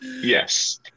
Yes